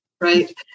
right